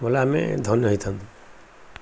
ବୋଲେ ଆମେ ଧନ୍ୟ ହେଇଥାନ୍ତୁ